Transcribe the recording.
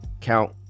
Count